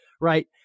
Right